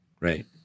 Right